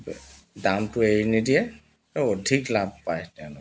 দামটো এৰি নিদিয়ে আৰু অধিক লাভ পায় তেওঁলোকে